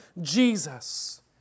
Jesus